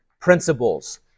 principles